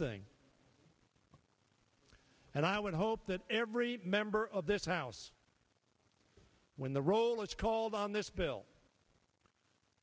thing and i would hope that every member of this house when the roll is called on this bill